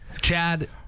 Chad